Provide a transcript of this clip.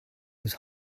was